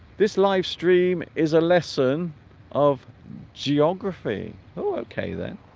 this live stream is a lesson of geography okay then